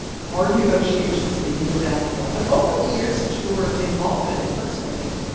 hard negotiations leading to that deal. but over the years since you were involved in it personally,